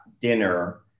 dinner